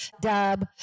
Dub